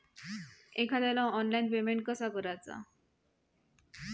एखाद्याला online payment कसा करायचा?